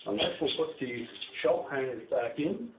and next, we'll put the shelf hangers back in.